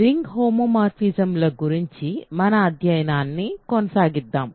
ring హోమోమార్ఫిజమ్ల గురించి మన అధ్యయనాన్ని కొనసాగిద్దాం